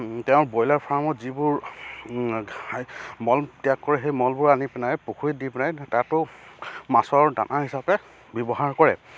তেওঁৰ ব্ৰইলাৰ ফাৰ্মত যিবোৰ মল ত্যাগ কৰে সেই মলবোৰ আনি পিনাই পুখুৰীত দি পিনাই তাতো মাছৰ দানা হিচাপে ব্যৱহাৰ কৰে